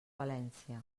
valència